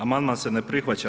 Amandman se ne prihvaća.